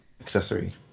Accessory